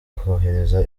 kohereza